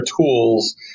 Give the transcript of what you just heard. tools